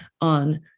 on